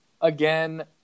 again